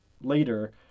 later